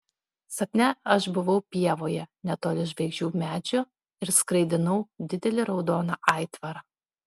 sapne aš buvau pievoje netoli žvaigždžių medžio ir skraidinau didelį raudoną aitvarą